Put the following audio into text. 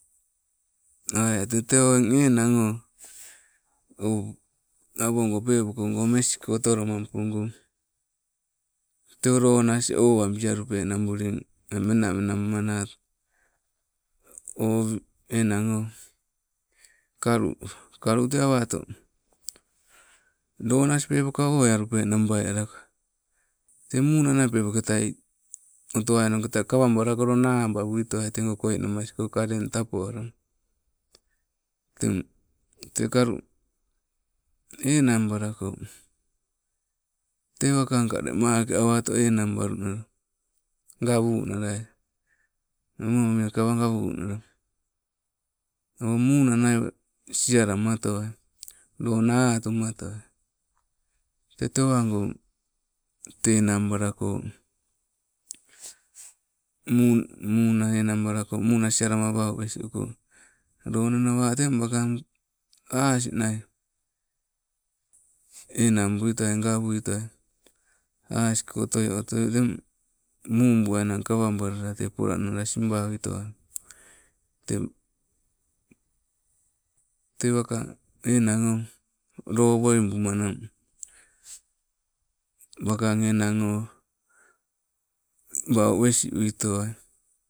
tee te oh enang oh awo goo pekopogoo mesi koo otolomampoo goo. te lona asing owabi alu penna nabuloii, menamena bamanoto, oh enang oh kalu. Kalu te awato lona asing peppoka oweealupee nabai loko, teng muna nai pepoketai otowainoketai kawabalakoloo abaa witowai tee goi koina namas koi kaleng tapoalama, teng te kalu enang balakoo, te waking ka we make awa otoi enang balunna gawunalai, te moniakoke awa gawunala oh muna nai sialama otowai, lona atuma otowai, te tewagoo te enang balakoo munaa sialama wau wesiu kong. Lona nau teng waking asinai, enang buitowai gawuitowai asi koo otoiotoi eng muu buwainang wakangg enang oh wau wesi wuitowai.